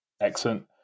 Excellent